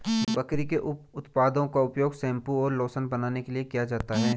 बकरी के उप उत्पादों का उपयोग शैंपू और लोशन बनाने के लिए किया जाता है